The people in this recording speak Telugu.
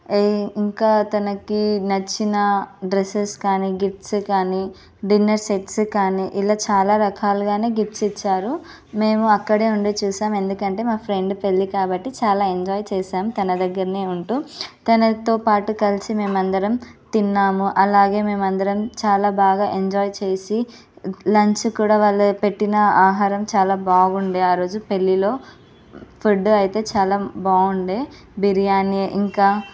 ఇంకా తనకి నచ్చిన డ్రెస్సెస్ కానీ గిఫ్ట్స్ కానీ డిన్నర్ సెట్స్ కానీ ఇలా చాలా రకాలుగానే గిఫ్ట్స్ ఇచ్చారు మేము అక్కడే ఉండి చూసాము ఎందుకంటే మా ఫ్రెండ్ పెళ్ళి కాబట్టి చాలా ఎంజాయ్ చేశాము తన దగ్గరనే ఉంటూ తనతో పాటు కలిసి మేమందరం తిన్నాము అలాగే మేము అందరం చాలా బాగా ఎంజాయ్ చేసి లంచ్ కూడా వాళ్ళే పెట్టిన ఆహారం చాలా బాగుంది ఆరోజు పెళ్ళిలో ఫుడ్ అయితే చాలా బాగుంది బిర్యాని ఇంకా